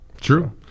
true